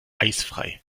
eisfrei